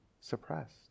suppressed